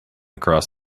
across